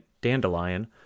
Dandelion